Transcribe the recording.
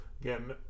again